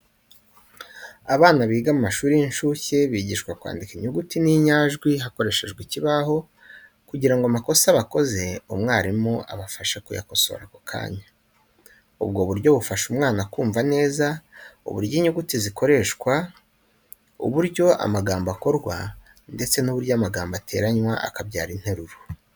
Abana biga mu mashuri y'inshuke bigishwa kwandika inyuguti n'injyajwi hakoreshejwe ikibaho, kugira ngo amakosa bakoze umwarimu abafashe kuyakosora ako kanya. Ubu buryo bufasha umwana kumva neza uburyo inyuguti zikoreshwa, uburyo amagambo akorwa, ndetse n'uburyo amagambo ateranywa akabyara interuro.